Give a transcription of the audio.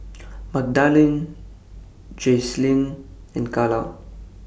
Magdalene Jaclyn and Kala